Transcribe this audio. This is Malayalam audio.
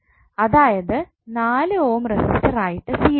അതായത് 4 ഓം റെസിസിറ്റർ ആയിട്ട് സീരിസിൽ